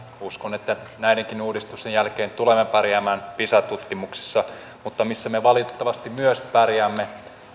uskon että näidenkin uudistusten jälkeen tulemme pärjäämään pisa tutkimuksissa mutta se missä me valitettavasti myös pärjäämme